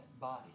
body